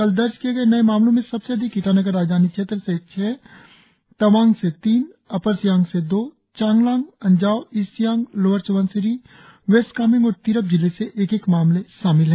कल दर्ज किए नए मामलों में सबसे अधिक ईटानगर राजधानी क्षेत्र से छह तवांग से तीन अपर सियांग से दो चांगलांग अंजावईस्ट सियांग लोअर स्बनसिरी वेस्ट कामेंग और तिराप जिले से एक एक मामले शामिल है